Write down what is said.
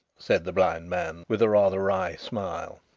said the blind man, with a rather wry smile.